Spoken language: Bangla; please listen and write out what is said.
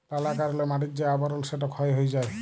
লালা কারলে মাটির যে আবরল সেট ক্ষয় হঁয়ে যায়